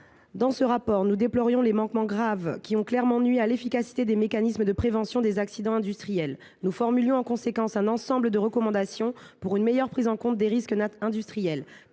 Son rapport déplorait les manquements graves nuisant à l’efficacité des mécanismes de prévention des accidents industriels et formulait en conséquence un ensemble de recommandations pour une meilleure prise en compte des risques industriels.